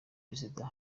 perezida